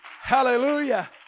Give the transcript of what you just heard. Hallelujah